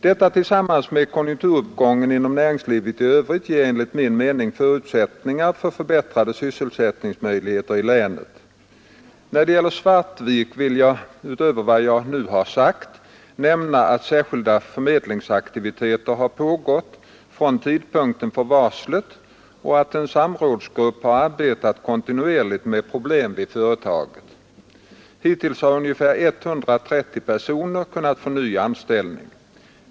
Detta, tillsammans med konjunkturuppgången inom näringslivet i övrigt, ger enligt min mening förutsättningar för förbättrade sysselsättningsmöjligheter i länet. När det gäller Svartvik vill jag, utöver vad jag nu har sagt, nämna att särskilda förmedlingsaktiviteter har pågått från tidpunkten för varslet och att en samrådsgrupp har arbetat kontinuerligt med problemen vid företaget. Hittills har ungefär 130 personer kunnat få ny anställning.